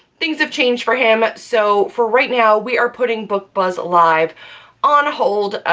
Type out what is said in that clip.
things have changed for him, so for right now we are putting book buzz live on hold.